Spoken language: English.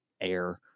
air